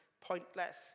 pointless